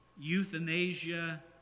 euthanasia